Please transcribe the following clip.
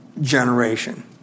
generation